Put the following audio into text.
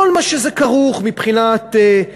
עם כל מה שכרוך בזה מבחינת התאונות,